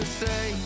say